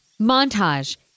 Montage